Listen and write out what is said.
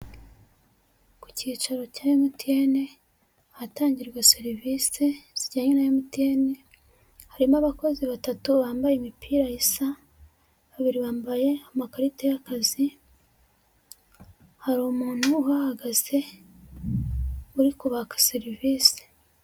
Ku cyicaro cya MTN ahatangirwa serivisi zijyanye na MTN, harimo abakozi batatu bambaye imipira isa; babiri bambaye amakarita y'akazi, hari umuntu uhahagaze uri kubaka serivisi.